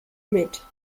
mit